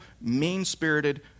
mean-spirited